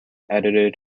edited